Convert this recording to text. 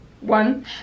One